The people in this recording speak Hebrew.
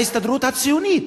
ההסתדרות הציונית,